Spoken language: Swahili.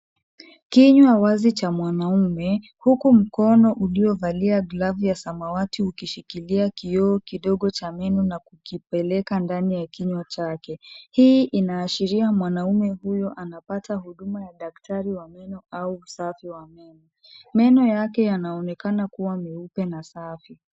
Kinywa wazi cha mwanaume huku mkono uliovalia glavu ya samawati ukishikilia kioo kidogo cha meno na kukipeleka ndani ya kinywa chake. Hii inaashiria mwanaume huyo anapata huduma ya daktari wa meno au usafi wa meno. Meno yake yanaonekana kuwa meupe na safi.